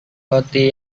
roti